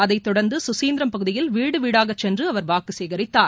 அதைத்தொடர்ந்து கசீந்தரம் பகுதியில் வீடு வீடாக சென்று அவர் வாக்கு சேகரித்தார்